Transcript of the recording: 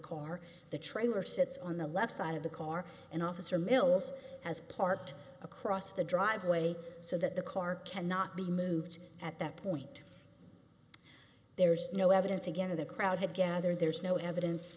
car the trailer sits on the left side of the car and officer mills has parked across the driveway so that the car cannot be moved at that point there's no evidence again of the crowd had gathered there's no evidence